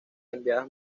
enviadas